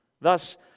Thus